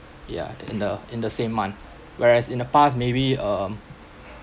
ya in in the in the same month whereas in the past maybe um